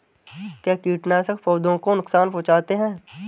क्या कीटनाशक पौधों को नुकसान पहुँचाते हैं?